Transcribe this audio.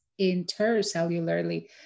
intercellularly